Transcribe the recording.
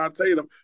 Tatum